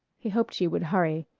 he hoped she would hurry.